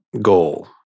goal